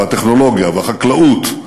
והטכנולוגיה והחקלאות,